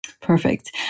Perfect